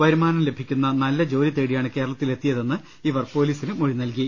വരുമാനം ലഭിക്കുന്ന നല്ല ജോലി തേടിയാണ് കേരള ത്തിൽ എത്തിയതെന്ന് ഇവർ പൊലീസിന് മൊഴി നൽകി